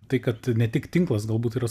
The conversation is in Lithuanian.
tai kad ne tik tinklas galbūt yra